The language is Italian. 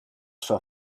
sua